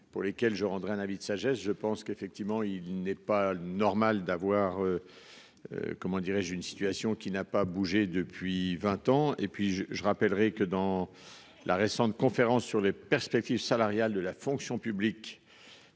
pour lesquels je rendrai un avis de sagesse. Je pense qu'effectivement il n'est pas normal d'avoir. Comment dirais-je, une situation qui n'a pas bougé depuis 20 ans et puis je, je rappellerai que dans la récente conférence sur les perspectives salariales de la fonction publique.